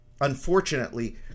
unfortunately